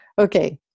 okay